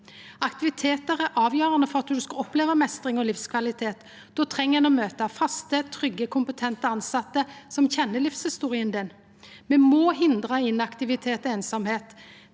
Aktivitetar er avgjerande for at ein skal oppleva meistring og livskvalitet. Då treng ein å møta faste, trygge, kompetente tilsette som kjenner livshistoria di. Me må hindra inaktivitet og einsemd.